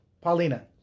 Paulina